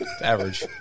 Average